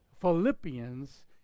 Philippians